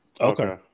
Okay